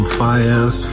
fires